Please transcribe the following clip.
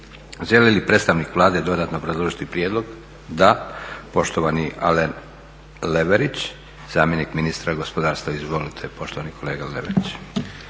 Želi li predstavnik Vlade dodatno obrazložiti prijedlog? Da. Poštovani Alen Leverić, zamjenik ministra gospodarstva. Izvolite, poštovani kolega Leverić.